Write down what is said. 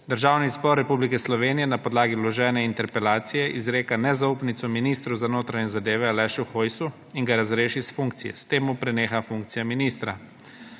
Državni zbor Republike Slovenije na podlagi vložene interpelacije izreka nezaupnico ministru za notranje zadeve Alešu Hojsu in ga razreši s funkcije. S tem mu preneha funkcija ministra.